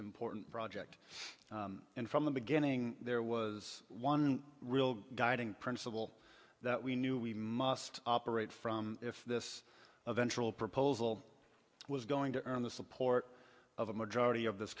important project in from the beginning there was one real guiding principle that we knew we must operate from if this eventual proposal was going to earn the support of a majority of this